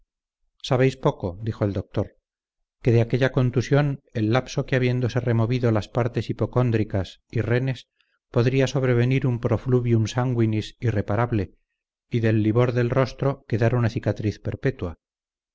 sangre sabéis poco dijo el doctor que de aquella contusión del lapso que habiéndose removido las partes hipocóndricas y renes podría sobrevenir un profluvium sanguinis irreparable y del livor del rostro quedar una cicatriz perpetua